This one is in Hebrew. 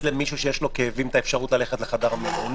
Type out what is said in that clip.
למישהו שיש לו כאבים את האפשרות ללכת לחדר מיון?